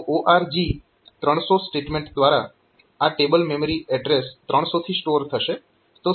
તો ORG 300 statement દ્વારા આ ટેબલ મેમરી એડ્રેસ 300 થી સ્ટોર થશે